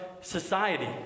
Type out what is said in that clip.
society